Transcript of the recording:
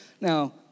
Now